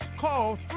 Call